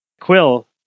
Quill